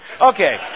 Okay